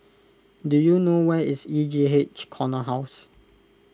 do you know where is E J H Corner House